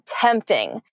tempting